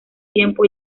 tiempo